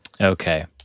Okay